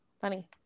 funny